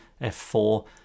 F4